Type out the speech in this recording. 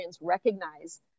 recognize